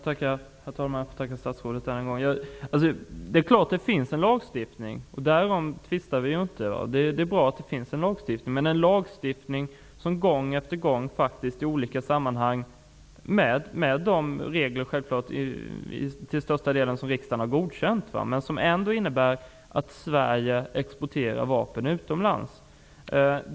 Herr talman! Jag tackar statsrådet ännu en gång. Det finns en lagstiftning; därom tvistar vi inte. Det är bra att det finns en lagstiftning, men den innebär ändå att Sverige gång efter gång i olika sammanhang faktiskt exporterar vapen -- självfallet till största delen efter de regler som riksdagen har godkänt.